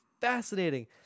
fascinating